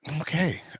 Okay